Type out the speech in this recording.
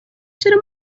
چرا